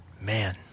man